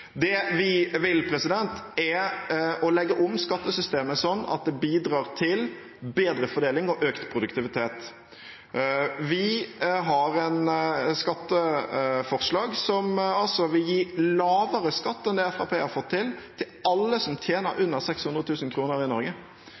Det vi vil, er å legge om skattesystemet slik at det bidrar til bedre fordeling og økt produktivitet. Vi har et skatteforslag som vil gi lavere skatt enn det Fremskrittspartiet har fått til, til alle som tjener under 600 000 kr i Norge.